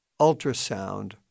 Ultrasound